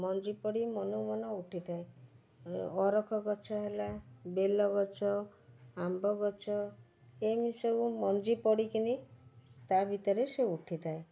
ମଞ୍ଜି ପଡ଼ି ମନକୁ ମନ ଉଠିଥାଏ ଅରଖ ଗଛ ହେଲା ବେଲ ଗଛ ଆମ୍ବ ଗଛ ଏମିତି ସବୁ ମଞ୍ଜି ପଡ଼ିକିନି ତା ଭିତରେ ସେ ଉଠିଥାଏ